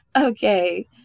Okay